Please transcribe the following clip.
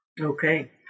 Okay